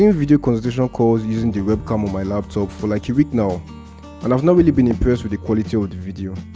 video consultation calls using the webcam on my laptop for like a week now and i've not really been impressed with the quality ah of the video.